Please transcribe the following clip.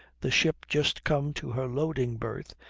the ship just come to her loading berth,